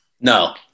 No